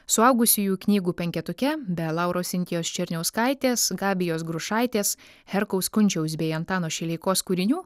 suaugusiųjų knygų penketuke be lauros sintijos černiauskaitės gabijos grušaitės herkaus kunčiaus bei antano šileikos kūrinių